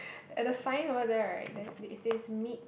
at the sign over there right there did it says meat